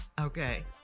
Okay